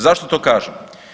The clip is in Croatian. Zašto to kažem?